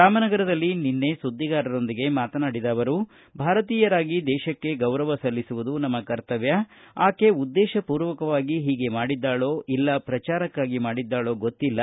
ರಾಮನಗರದಲ್ಲಿ ನಿನ್ನೆ ಸುದ್ದಿಗಾರರೊಂದಿಗೆ ಮಾತನಾಡಿದ ಅವರು ಭಾರತೀಯರಾಗಿ ದೇಶಕ್ಕೆ ಗೌರವ ಸಲ್ಲಿಸುವುದು ನಮ್ನ ಕರ್ತವ್ಯ ಆಕೆ ಉದ್ಲೇಶಪೂರ್ವಕವಾಗಿ ಹೀಗೆ ಮಾಡಿದ್ದಾಳೋ ಇಲ್ಲ ಶ್ರಚಾರಕ್ಕಾಗಿ ಮಾಡಿದ್ದಾಳೋ ಗೊತ್ತಿಲ್ಲ